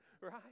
Right